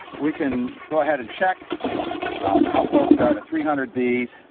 we can go ahead and check how close we are to three hundred bees